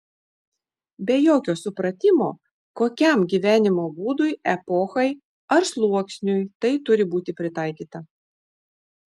be jokio supratimo kokiam gyvenimo būdui epochai ar sluoksniui tai turi būti pritaikyta